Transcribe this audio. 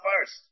first